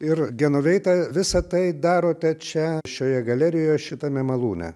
ir genoveita visa tai darote čia šioje galerijoje šitame malūne